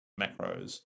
macros